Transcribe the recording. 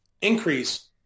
increase